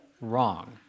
wrong